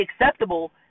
acceptable